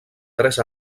tres